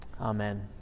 Amen